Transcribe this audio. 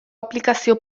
aplikazio